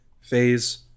phase